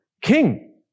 king